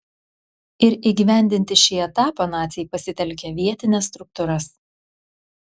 ir įgyvendinti šį etapą naciai pasitelkė vietines struktūras